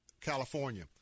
california